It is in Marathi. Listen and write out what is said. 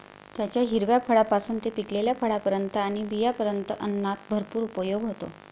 त्याच्या हिरव्या फळांपासून ते पिकलेल्या फळांपर्यंत आणि बियांपर्यंत अन्नात भरपूर उपयोग होतो